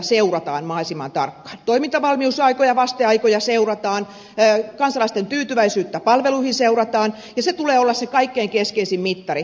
toimintavalmiusaikoja ja vasteaikoja seurataan kansalaisten tyytyväisyyttä palveluihin seurataan ja sen tulee olla se kaikkein keskeisin mittari